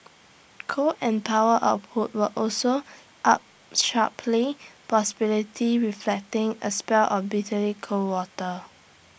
coal and power output were also up sharply possibility reflecting A spell of bitterly cold water